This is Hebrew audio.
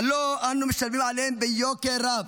הלוא אנו משלמים עליהם ביוקר רב.